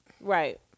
Right